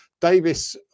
Davis